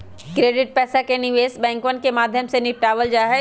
credit पैसा के निवेश बैंकवन के माध्यम से निपटावल जाहई